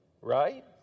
Right